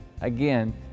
Again